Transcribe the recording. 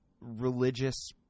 religious